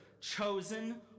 chosen